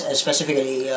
specifically